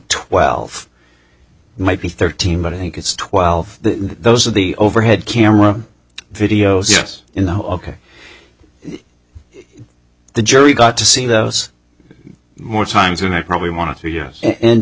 twelve might be thirteen but i think it's twelve those are the overhead camera videos yes in the ok the jury got to see those more times than i probably want to yes and